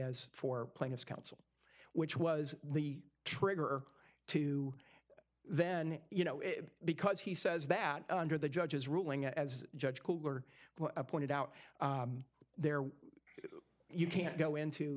as for plaintiffs counsel which was the trigger to then you know because he says that under the judge's ruling as judge toler pointed out there you can't go into